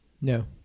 No